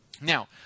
Now